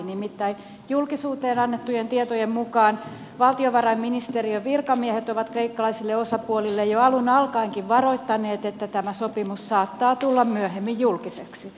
nimittäin julkisuuteen annettujen tietojen mukaan valtiovarainministeriön virkamiehet ovat kreikkalaisia osapuolia jo alun alkaenkin varoittaneet että tämä sopimus saattaa tulla myöhemmin julkiseksi